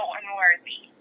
unworthy